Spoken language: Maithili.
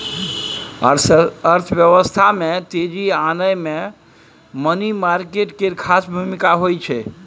अर्थव्यवस्था में तेजी आनय मे मनी मार्केट केर खास भूमिका होइ छै